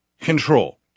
control